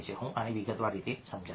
હું આને વિગતવાર રીતે સમજાવીશ